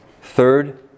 Third